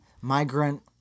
migrant